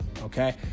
Okay